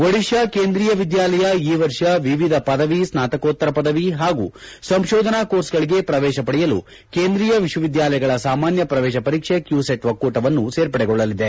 ಒಡಿತಾ ಕೇಂದ್ರೀಯ ವಿದ್ಯಾಲಯ ಈ ವರ್ಷ ವಿವಿಧ ಪದವಿ ಸ್ನಾತಕೋತ್ತರ ಪದವಿ ಹಾಗೂ ಸಂಶೋಧನಾ ಕೋರ್ಸ್ಗಳಿಗೆ ಪ್ರವೇಶ ಪಡೆಯಲು ಕೇಂದ್ರೀಯ ವಿಶ್ವವಿದ್ಯಾಲಯಗಳ ಸಾಮಾನ್ಯ ಪ್ರವೇಶ ಪರೀಕ್ಷೆ ಕ್ಯೂಸೆಟ್ ಒಕ್ಕೂಟವನ್ನು ಸೇರ್ಪಡೆಗೊಳ್ಳಲಿದೆ